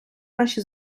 наші